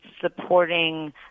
supporting